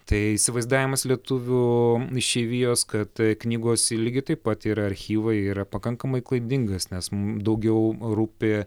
tai įsivaizdavimas lietuvių išeivijos kad knygos lygiai taip pat yra archyvai yra pakankamai klaidingas nes daugiau rūpi